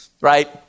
right